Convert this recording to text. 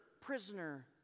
prisoner